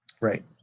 right